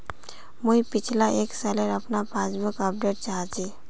मुई पिछला एक सालेर अपना पासबुक अपडेट चाहची?